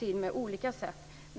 hjälpt till på olika sätt.